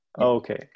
okay